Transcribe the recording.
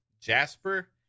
Jasper